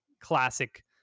classic